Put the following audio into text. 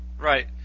Right